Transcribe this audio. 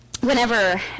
whenever